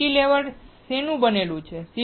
cantilever શેનું બનેલું છે